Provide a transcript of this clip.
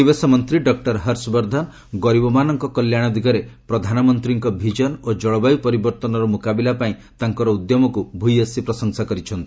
ପରିବେଶ ମନ୍ତ୍ରୀ ଡକ୍ଟର ହର୍ଷବର୍ଦ୍ଧନ ଗରିବମାନଙ୍କ କଲ୍ୟାଣ ଦିଗରେ ପ୍ରଧାନମନ୍ତ୍ରୀଙ୍କ ଭିଜନ ଓ ଜଳବାୟୁ ପରିବର୍ତ୍ତନର ମୁକାବିଲା ପାଇଁ ତାଙ୍କର ଉଦ୍ୟମକୁ ଭ୍ୟସୀ ପ୍ରଶଂସା କରିଛନ୍ତି